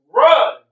run